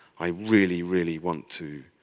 i really, really want to